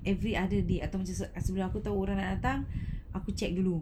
every other day atau bilang aku tahu dia orang nak datang aku check dulu